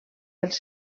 dels